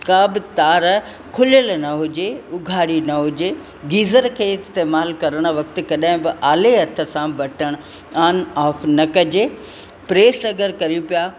का बि तार खुलियलु न हुजे उघाड़ी न हुजे गीज़र खे इस्तेमालु करणु वक़्तु कॾहिं बि आले हथ सां बटणु आन आफ न कजे प्रेस अगरि करियूं पिया